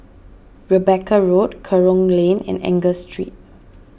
Rebecca Road Kerong Lane and Angus Street